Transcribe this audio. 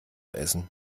essen